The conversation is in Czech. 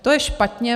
To je špatně.